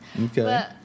Okay